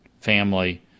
family